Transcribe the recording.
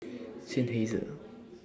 Seinheiser